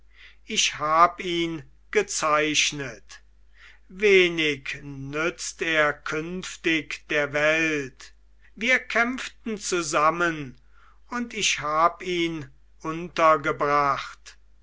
ich hab ihn gezeichnet wenig nützt er künftig der welt wir kämpften zusammen und ich hab ihn untergebracht